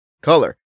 Color